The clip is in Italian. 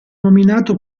nominato